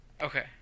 Okay